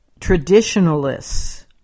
traditionalists